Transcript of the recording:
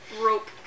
Rope